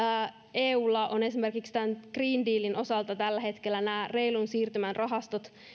eulla on esimerkiksi tämän green dealin osalta tällä hetkellä nämä reilun siirtymän rahastot